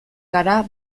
gara